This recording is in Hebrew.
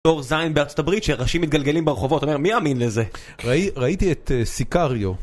דור ז' בארצות הברית שראשים מתגלגלים ברחובות, אומר מי יאמין לזה? ראיתי את סיקריו